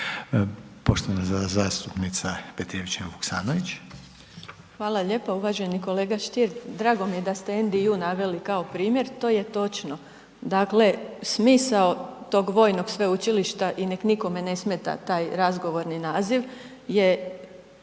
Poštovana zastupnica Petrijevčanin Vuksanović.